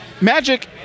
magic